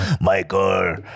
Michael